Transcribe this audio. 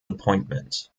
appointment